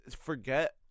forget